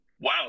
wow